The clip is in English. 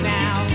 now